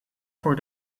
voor